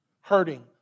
hurting